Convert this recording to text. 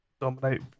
dominate